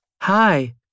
Hi